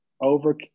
over